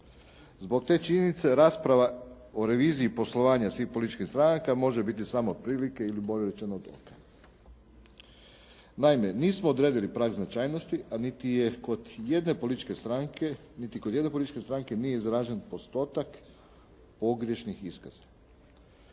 Zbog te činjenice rasprava o reviziji poslovanja svih političkih stranaka može biti samo otprilike ili bolje rečeno od oka. Naime, nismo odredili prag značajnosti, a niti je kod jedne političke stranke nije izražen postotak pogrešnih iskaza.